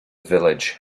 village